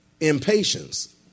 impatience